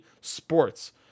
Sports